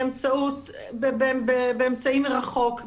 באמצעים מרחוק,